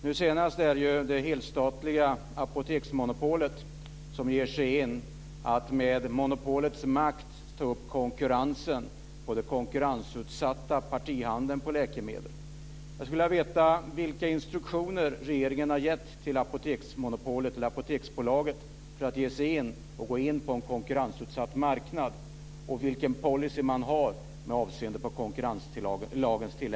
Nu senast är det ju det helstatliga apoteksmonopolet som ger sig in på att med monopolets makt ta upp konkurrensen i den konkurrensutsatta partihandeln med läkemedel.